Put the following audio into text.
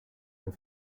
and